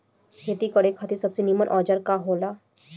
खेती करे खातिर सबसे नीमन औजार का हो ला?